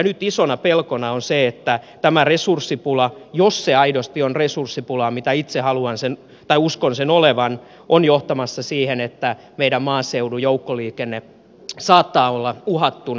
nyt isona pelkona on se että tämä resurssipula jos se aidosti on resurssipula mitä itse uskon sen olevan on johtamassa siihen että meidän maaseudun joukkoliikenne saattaa olla uhattuna